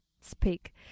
speak